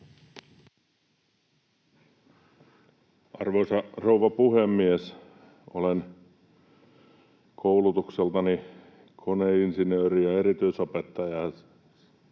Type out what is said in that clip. Arvoisa rouva puhemies! Olen koulutukseltani koneinsinööri ja erityisopettaja.